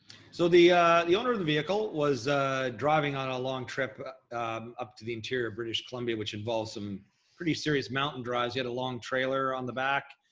so the the owner of the vehicle was driving on a long trip up to the interior of british columbia, which involves some pretty serious mountain drives. he had a long trailer on the back,